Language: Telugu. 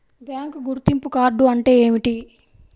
బ్యాంకు గుర్తింపు కార్డు అంటే ఏమిటి?